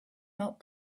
not